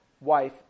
wife